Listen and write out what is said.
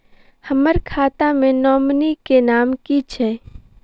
हम्मर खाता मे नॉमनी केँ नाम की छैय